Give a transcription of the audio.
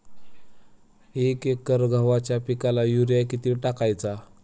एक एकर गव्हाच्या पिकाला युरिया किती टाकायचा?